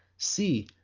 see!